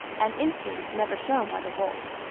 an instinct never shown by the wolf.